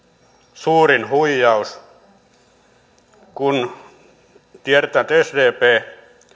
suurin huijaus tiedetään että sdp